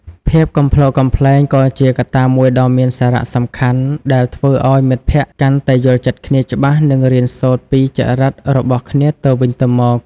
ភាពកំប្លុកកំប្លែងក៏ជាកត្តាមួយដ៏មានសារៈសំខាន់ដែលធ្វើឱ្យមិត្តភក្តិកាន់តែយល់ចិត្តគ្នាច្បាស់និងរៀនសូត្រពីចរិតរបស់គ្នាទៅវិញទៅមក។